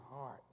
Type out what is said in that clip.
heart